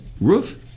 roof